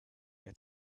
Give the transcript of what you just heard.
been